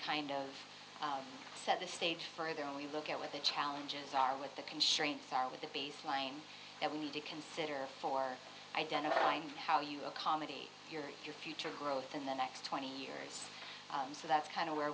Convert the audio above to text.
kind of set the stage for there and we look at what the challenges are with the constraints are with the baseline that we need to consider for identifying how you accommodate your your future growth in the next twenty years and so that's kind of where